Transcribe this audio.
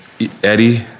Eddie